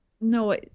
No